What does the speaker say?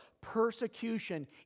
persecution